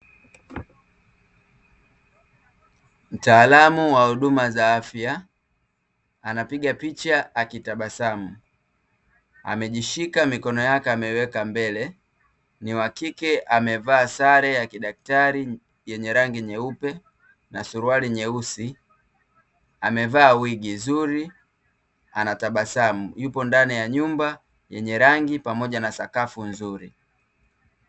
Mtaalamu wa huduma za afya, anapiga picha akitabasamu, amejishika mikono yake ameiweka mbele, ni wa kike amevaa sare ya kidakitari yenye rangi nyeupe na suruali nyeusi, amevaa wigi zuri anatabasamu, yupo ndani ya nyumba yenye rangi, pamoja na sakafu nzuri.